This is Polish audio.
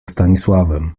stanisławem